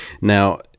Now